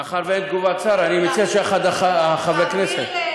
מאחר שאין תגובת שר, אני מציע שאחד מחברי הכנסת,